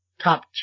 Top